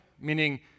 meaning